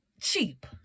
cheap